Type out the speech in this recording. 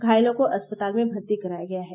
घायलों को अस्पताल में भर्ती कराया गया है